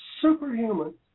superhuman